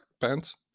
pants